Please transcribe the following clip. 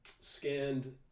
scanned